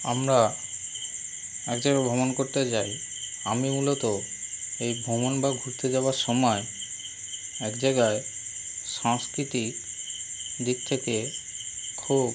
আমরা এক জায়গায় ভ্রমণ করতে যাই আমি মূলত এই ভ্রমণ বা ঘুরতে যাওয়ার সমায় এক জায়গায় সাংস্কৃতিক দিক থেকে খুব